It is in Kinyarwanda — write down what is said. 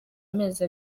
amezi